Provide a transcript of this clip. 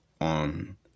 on